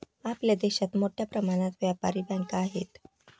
आपल्या देशात मोठ्या प्रमाणात व्यापारी बँका आहेत